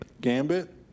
Gambit